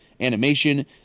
animation